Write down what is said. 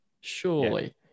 Surely